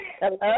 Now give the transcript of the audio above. Hello